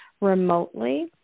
remotely